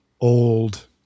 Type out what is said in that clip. old